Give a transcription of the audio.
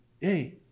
Hey